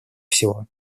всего